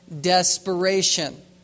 desperation